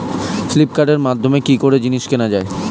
ফ্লিপকার্টের মাধ্যমে কি করে জিনিস কেনা যায়?